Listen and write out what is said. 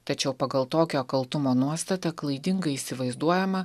tačiau pagal tokio kaltumo nuostatą klaidingai įsivaizduojama